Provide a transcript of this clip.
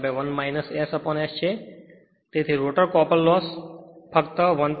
તેથી rotor copper rotor copper loss આપણે ફક્ત 1